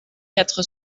quatre